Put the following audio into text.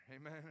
amen